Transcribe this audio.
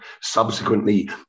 subsequently